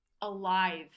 alive